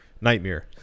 nightmare